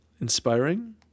inspiring